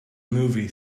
movie